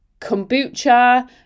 kombucha